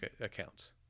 accounts